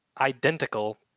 identical